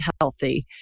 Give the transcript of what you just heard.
healthy